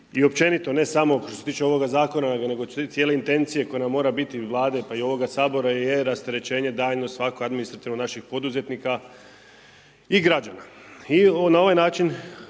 i općenito, ne samo što se tiče ovoga zakona, nego cijele intencije koja nam mora biti iz vlade pa i ovoga Sabora je rasterećenje daljnje svako administrativno naših poduzetnika i građana. I na ovaj način